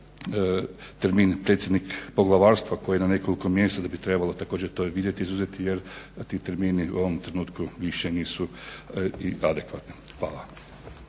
Hvala.